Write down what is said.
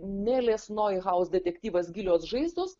nelės nojhauz detektyvas gilios žaizdos